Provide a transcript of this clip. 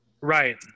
Right